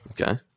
Okay